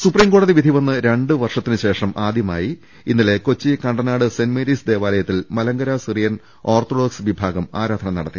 സുപ്രീംകോടതി വിധിവന്ന് രണ്ട് വർഷത്തിനുശേഷം ആദ്യമായി ഇന്നലെ കൊച്ചി കണ്ടനാട് സെന്റ് മേരീസ് ദേവാലയത്തിൽ മലങ്കര സിറി യൻ ഓർത്തഡോക്സ് വിഭാഗം ആരാധന നടത്തി